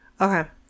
okay